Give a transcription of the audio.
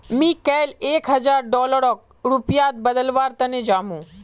मी कैल एक हजार डॉलरक रुपयात बदलवार तने जामु